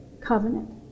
covenant